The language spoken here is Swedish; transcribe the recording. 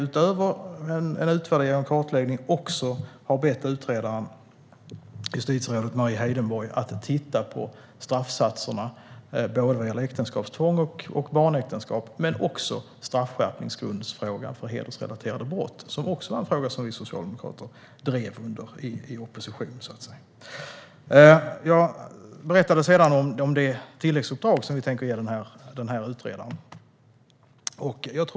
Utöver en utvärdering och kartläggning har vi också bett utredaren, justitierådet Mari Heidenborg, att titta på straffsatserna när det gäller både äktenskapstvång och barnäktenskap och även straffskärpningsgrundsfrågan för hedersrelaterade brott. Det var också en fråga som vi socialdemokrater drev i opposition. Jag berättade om det tilläggsuppdrag som vi tänker ge utredaren.